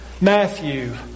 Matthew